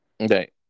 okay